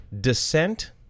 descent